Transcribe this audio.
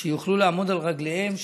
שיוכלו לעמוד על רגליהם,